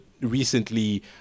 recently